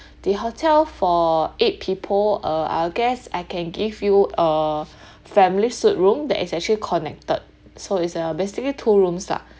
the hotel for eight people uh I guess I can give you a family suite room that is actually connected so it's uh basically two rooms lah